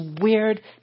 weird